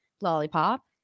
lollipop